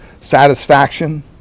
satisfaction